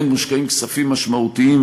לכן מושקעים כספים משמעותיים,